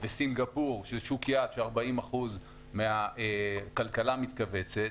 וסינגפור שזה שוק יעד שבו 40% מהכלכלה מתכווצת,